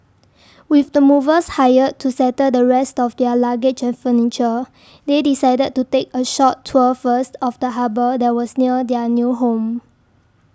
with the movers hired to settle the rest of their luggage and furniture they decided to take a short tour first of the harbour that was near their new home